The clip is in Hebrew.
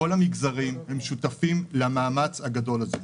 כל המגזרים שותפים למאמץ הגדול הזה.